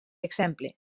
exemple